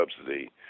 subsidy